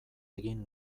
egin